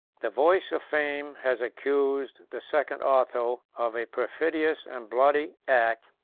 the voice of fame has accused the second otho of a perfidious and bloody act,